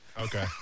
Okay